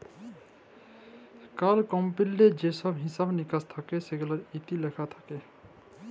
call কমপালিললে যা ছহব হিছাব মিকাস থ্যাকে সেগুলান ইত্যে লিখা থ্যাকে